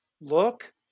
look